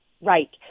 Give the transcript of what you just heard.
Right